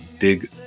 big